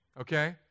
Okay